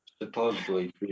Supposedly